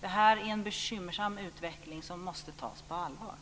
Detta är en bekymmersam utveckling som måste tas på allvar.